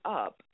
up